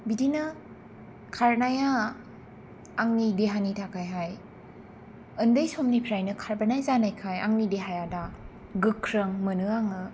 बिदिनो खारनाया आंनि देहानि थाखायहाय ओन्दै समनिफ्रायनो खारबोनाय जानायखाय आंनि देहाखौ दा गोख्रों मोनो आङो